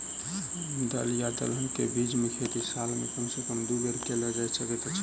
दल या दलहन केँ के बीज केँ खेती साल मे कम सँ कम दु बेर कैल जाय सकैत अछि?